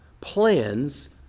plans